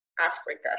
Africa